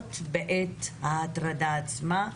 הנפגעות בעת ההטרדה עצמה.